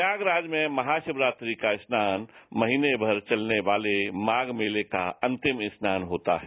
प्रयागराज में महाशिवरात्रि का स्नान महीने भर चलने वाल माघ मेले का अंतिम स्नान होता है